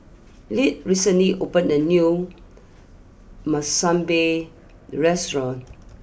Leah recently opened a new Monsunabe restaurant